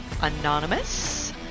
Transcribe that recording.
Anonymous